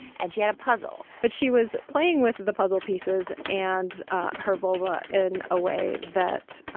and she had a puzzle but she was playing with the puzzle pieces and ah her vulva in a way that,